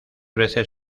veces